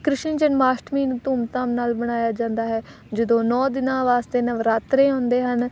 Krishna Janmashtami ਨੂੰ ਧੂਮ ਧਾਮ ਨਾਲ ਬਣਾਇਆ ਜਾਂਦਾ ਹੈ ਜਦੋਂ ਨੌਂ ਦਿਨਾਂ ਵਾਸਤੇ ਨਵਰਾਤਰੇ ਹੁੰਦੇ ਹਨ